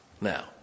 Now